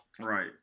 Right